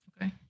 Okay